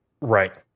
Right